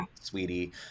sweetie